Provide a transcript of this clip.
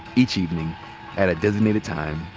each evening at a designated time,